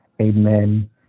Amen